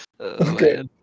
okay